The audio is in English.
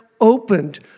opened